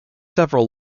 several